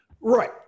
Right